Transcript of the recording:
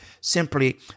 simply